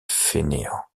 fainéant